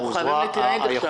אבל אנחנו חייבים להתמודד עכשיו.